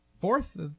fourth